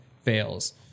fails